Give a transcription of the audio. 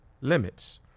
limits